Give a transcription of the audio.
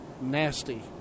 nasty